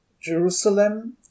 Jerusalem